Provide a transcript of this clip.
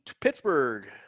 Pittsburgh